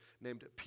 named